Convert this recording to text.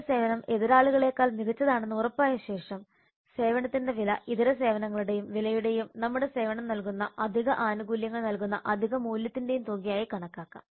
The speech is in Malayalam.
നമ്മുടെ സേവനം എതിരാളികളേക്കാൾ മികച്ചതാണെന്ന് ഉറപ്പായ ശേഷം സേവനത്തിന്റെ വില ഇതര സേവനങ്ങളുടെ വിലയുടെയും നമ്മുടെ സേവനം നൽകുന്ന അധിക ആനുകൂല്യങ്ങൾ നൽകുന്ന അധിക മൂല്യത്തിന്റെയും തുകയായി കണക്കാക്കാം